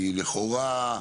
לכאורה,